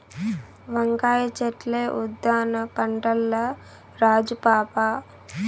వంకాయ చెట్లే ఉద్దాన పంటల్ల రాజు పాపా